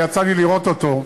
ויצא לי לראות אותו,